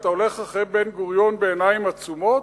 אתה הולך אחרי בן-גוריון בעיניים עצומות?